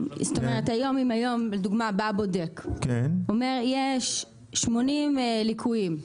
זאת אומרת אם היום לדוגמה בא בודק ואמר יש 80 ליקויים,